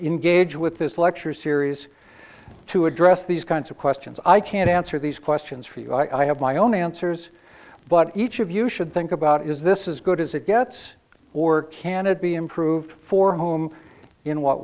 engage with this lecture series to address these kinds of questions i can't answer these questions for you i have my own answers but each of you should think about is this is good as it gets or can it be improved for home in what